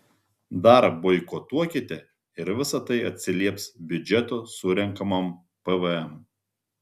dar boikotuokite ir visa tai atsilieps biudžeto surenkamam pvm